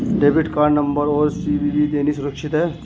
Debit card number और CVV देना सुरक्षित है?